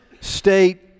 state